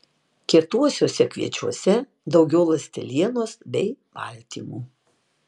kietuosiuose kviečiuose daugiau ląstelienos bei baltymų